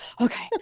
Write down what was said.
okay